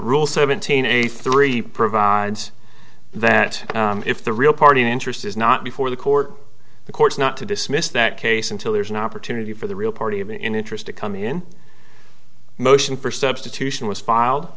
rule seventeen a three provides that if the real party in interest is not before the court the court's not to dismiss that case until there is an opportunity for the real party of interest to come in motion for substitution was filed